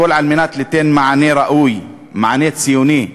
הכול כדי ליתן מענה ראוי, מענה ציוני,